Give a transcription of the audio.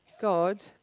God